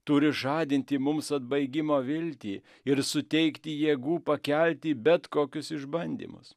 turi žadinti mums atbaigimo viltį ir suteikti jėgų pakelti bet kokius išbandymus